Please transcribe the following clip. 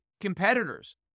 competitors